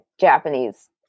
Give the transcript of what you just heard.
Japanese